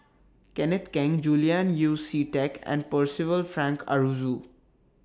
Kenneth Keng Julian Yeo See Teck and Percival Frank Aroozoo